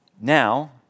Now